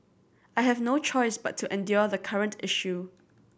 I have no choice but to endure the current issue